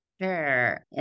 Sure